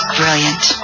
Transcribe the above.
brilliant